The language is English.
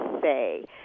Say